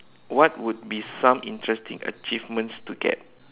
what would be some interesting achievements to get